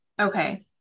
Okay